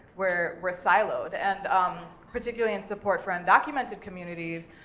we're we're siloed. and um particularly in support for undocumented communities,